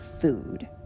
food